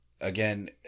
again